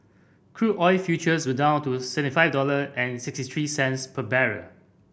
crude oil futures were down to seventy five dollar and sixty three cents per barrel